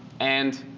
and